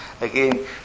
Again